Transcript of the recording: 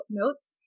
notes